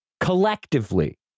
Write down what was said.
collectively